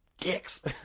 dicks